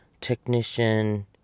technician